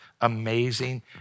amazing